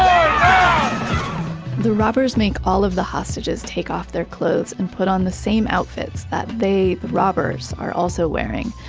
um the robbers make all of the hostages take off their clothes and put on the same outfits that they, the robbers are also wearing.